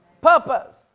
purpose